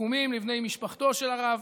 תנחומים לבני משפחתו של הרב,